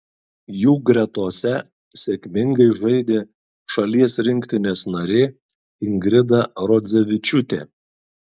jų gretose sėkmingai žaidė šalies rinktinės narė ingrida rodzevičiūtė